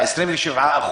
27%,